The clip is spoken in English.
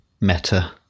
meta